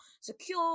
secure